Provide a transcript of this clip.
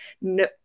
no